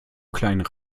kleinen